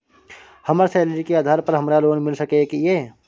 हमर सैलरी के आधार पर हमरा लोन मिल सके ये?